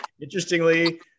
Interestingly